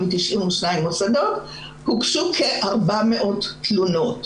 הוגשו כ-400 תלונות.